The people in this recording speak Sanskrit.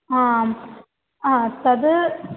आं अ तद्